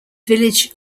village